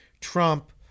Trump